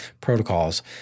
protocols